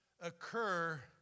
occur